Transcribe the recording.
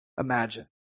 imagine